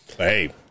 Hey